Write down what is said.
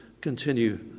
Continue